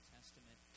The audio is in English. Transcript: Testament